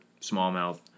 smallmouth